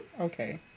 Okay